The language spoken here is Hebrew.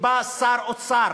שבא שר אוצר,